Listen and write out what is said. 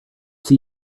see